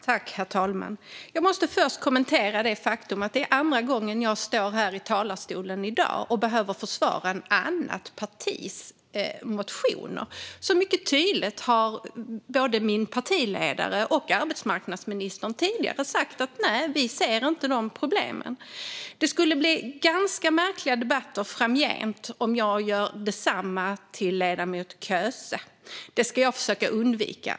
Herr talman! Jag måste först kommentera det faktum att det är andra gången jag står här i talarstolen i dag och behöver försvara ett annat partis motioner. Min partiledare arbetsmarknadsministern har mycket tydligt tidigare sagt att vi liberaler inte ser de problemen. Det skulle bli ganska märkliga debatter framgent om jag gör detsamma mot ledamoten Köse. Det ska jag försöka undvika.